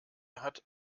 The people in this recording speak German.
hat